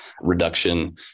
reduction